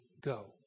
go